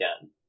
again